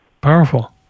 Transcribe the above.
powerful